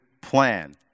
plan